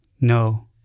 No